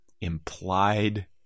implied